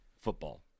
football